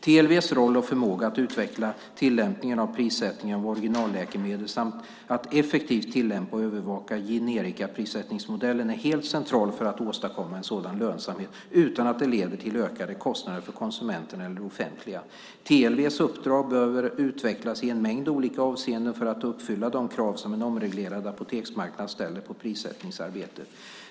TLV:s roll och förmåga att utveckla tillämpningen av prissättningen av originalläkemedel samt att effektivt tillämpa och övervaka generikaprissättningsmodellen är helt central för att åstadkomma sådan lönsamhet utan att det leder till ökade kostnader för konsumenten eller det offentliga. TLV:s uppdrag behöver utvecklas i en mängd olika avseenden för att uppfylla de krav som en omreglerad apoteksmarknad ställer på prissättningsarbetet.